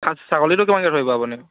ছাগলীটো কিমানকৈ ধৰিব আপুনি